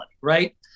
right